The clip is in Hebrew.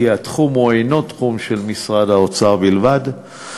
כי התחום אינו תחום של משרד האוצר בלבד,